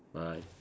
bye